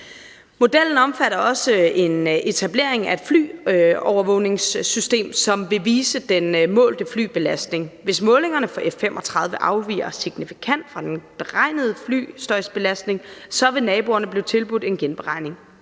Modellen omfatter også en etablering af et flyovervågningssystem, som vil vise den målte flybelastning. Hvis målingerne for F 35 afviger signifikant fra den beregnede flystøjsbelastning, vil naboerne blive tilbudt en genberegning.